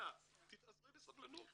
אנא, התאזרי בסבלנות.